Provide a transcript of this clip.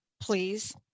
please